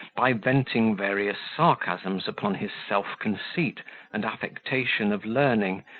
by venting various sarcasms upon his self-conceit and affectation of learning,